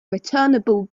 returnable